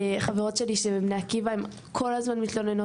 חברות שלי שבבני עקיבא מתלוננות כל הזמן.